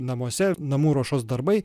namuose namų ruošos darbai